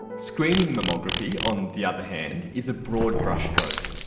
screening mammography, on the other hand, is a broad brushstroke.